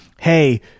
hey